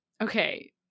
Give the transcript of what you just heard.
Okay